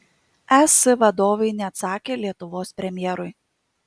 es vadovai neatsakė lietuvos premjerui